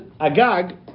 Agag